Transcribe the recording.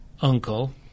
uncle